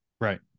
right